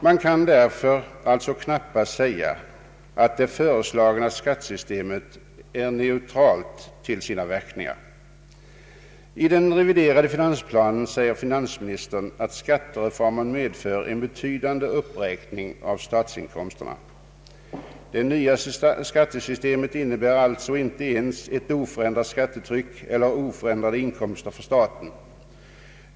Man kan därför knappast säga att det föreslagna skatteförslaget är neutralt till sina verkningar. I den reviderade finansplanen säger finansministern att skattereformen medför en betydande uppräkning av statsinkomsterna. Det nya skattesystemet innebär alltså inte ens ett oförändrat skattetryck eller oförändrade inkomster för staten.